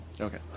Okay